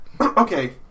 Okay